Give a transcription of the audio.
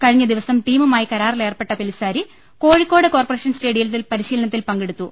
കഴിഞ്ഞ ദിവസം ടീമുമായി കരാറിലേർപ്പെട്ട പെലിസാരി കോഴിക്കോട് കോർപറേ ഷൻ സ്റ്റേഡിയത്തിൽ പരിശീലനത്തിൽ പങ്കെടുത്തു